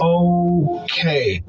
okay